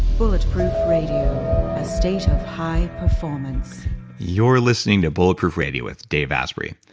bulletproof radio, a state of high performance you're listening to bulletproof radio with dave asprey.